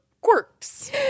quirks